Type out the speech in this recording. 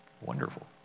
Wonderful